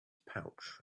pouch